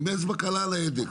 עם אצבע קלה על ההדק.